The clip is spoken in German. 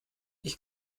ich